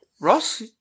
Ross